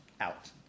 out